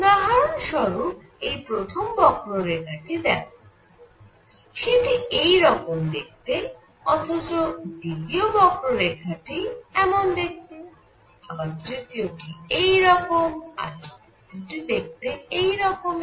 উদাহরণ স্বরূপ এই প্রথম বক্ররেখাটি দেখো সেটি এইরকম দেখতে অথচ দ্বিতীয় বক্ররেখাটি এমন দেখতে আবার তৃতীয়টি এই রকম আর চতুর্থটি দেখতে এই রকমের